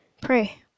pray